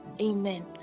Amen